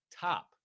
top